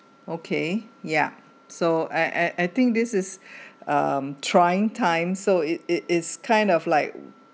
okay ya so I I I think this is um trying time so it it is kind of like